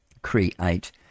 Create